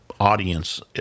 audience